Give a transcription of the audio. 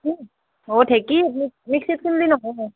ঢেঁকিত অঁ ঢেঁকিত মিক্সিত খুন্দলি নহয়